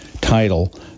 title